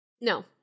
No